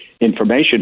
information